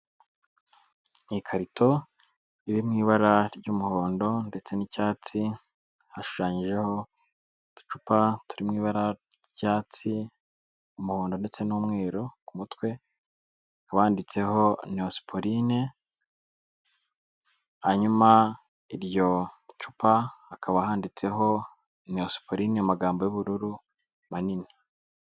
Ikarito iri mu ibara ry'umuhondo ndetse n'icyatsi, hashushanyijeho uducupa turi mu ibara ry'icyatsi, umuhondo ndetse n'umweru, ku mutwe hakaba handitseho Neosporine, hanyuma iryo cupa hakaba handitseho Neosporine mu amagambo y'ubururu manini.